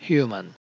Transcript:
Human